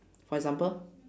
for example